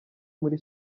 muri